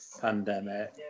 pandemic